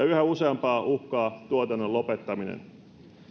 yhä useampaa uhkaa tuotannon lopettaminen